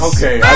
Okay